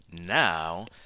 now